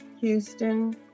Houston